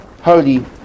holy